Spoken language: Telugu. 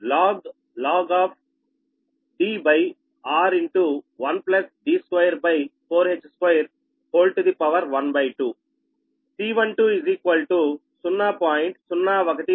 0121log Dr1D24h212 C12 0